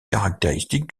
caractéristique